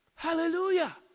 Hallelujah